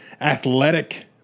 athletic